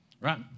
right